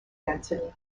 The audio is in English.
density